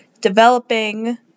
developing